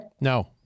No